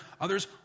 others